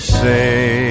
say